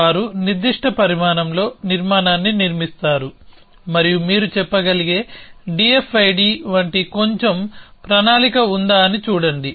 వారు నిర్దిష్ట పరిమాణంలో నిర్మాణాన్ని నిర్మిస్తారు మరియు మీరు చెప్పగలిగే DFID వంటి కొంచెం ప్రణాళిక ఉందా అని చూడండి